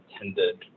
intended